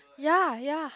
ya ya